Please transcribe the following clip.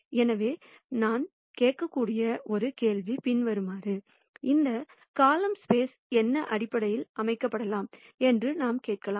எனவே நாம் கேட்கக்கூடிய ஒரு கேள்வி பின்வருமாறு இந்த காலம்கள் ஸ்பேஸ்ற்கு என்ன அடிப்படை அமைக்கப்படலாம் என்று நாம் கேட்கலாம்